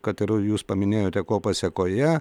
kad ir jūs paminėjote ko pasekoje